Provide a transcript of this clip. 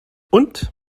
und